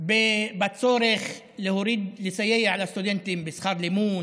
בצורך לסייע לסטודנטים בשכר לימוד,